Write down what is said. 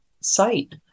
site